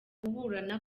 kuburana